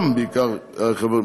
גם בעיקר חברי,